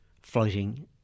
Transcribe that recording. floating